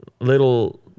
little